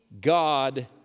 God